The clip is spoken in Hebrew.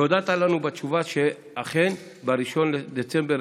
הודעת לנו בתשובה שאכן ב-1 בדצמבר